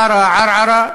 עארה, ערערה,